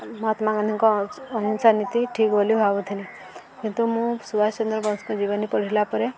ମହାତ୍ମା ଗାନ୍ଧୀଙ୍କ ଅହିଂସା ନୀତି ଠିକ୍ ବୋଲି ଭାବୁଥିଲି କିନ୍ତୁ ମୁଁ ସୁବାଷ ଚନ୍ଦ୍ର ବୋଷଙ୍କ ଜୀବନୀ ପଢ଼ିଲା ପରେ